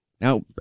Now